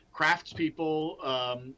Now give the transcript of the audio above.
craftspeople